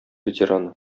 ветераны